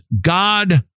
God